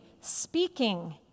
speaking